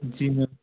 जी ma'am